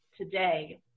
today